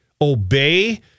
obey